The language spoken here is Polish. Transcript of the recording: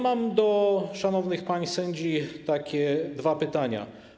Mam do szanownych pań sędzi takie dwa pytania.